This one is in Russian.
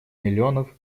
миллионов